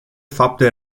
fapte